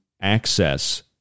access